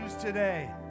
today